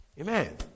Amen